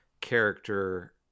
character